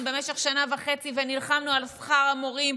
במשך שנה וחצי ונלחמנו על שכר המורים,